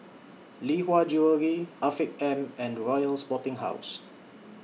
Lee Hwa Jewellery Afiq M and Royal Sporting House